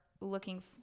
looking